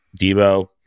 debo